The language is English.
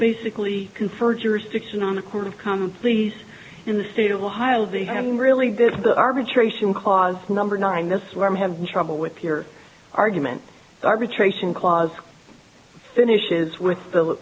basically confer jurisdiction on the court of common pleas in the state of ohio they haven't really did that arbitration clause number nine that's where i'm having trouble with your argument arbitration clause finishes with the